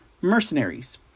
mercenaries